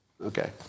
Okay